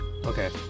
Okay